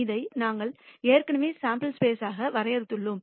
இதை நாங்கள் ஏற்கனவே சாம்பிள் ஸ்பேஸ் ஆக வரையறுத்துள்ளோம்